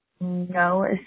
no